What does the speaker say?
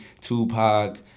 Tupac